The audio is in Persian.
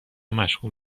مشغول